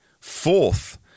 fourth